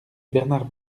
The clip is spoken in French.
bernard